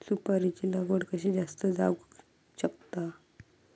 सुपारीची लागवड कशी जास्त जावक शकता?